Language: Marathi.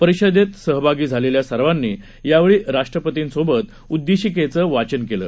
परिषदेत सहभागी झालेल्या सर्वांनी यावेळी राष्ट्रपतींसोबत उद्देशिकेचं वाचन केलं